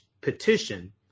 petition